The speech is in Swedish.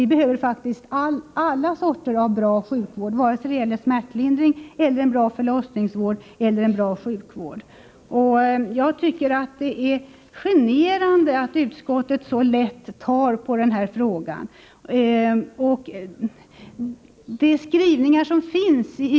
Vi behöver faktiskt alla sorter av bra sjukvård — vare sig det gäller smärtlindring, förlossningsvård eller annan sjukvård. Jag tycker att det är generande att utskottet tar så lätt på denna fråga som fallet är.